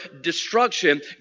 destruction